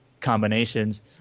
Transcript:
combinations